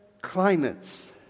climates